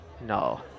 No